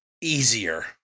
easier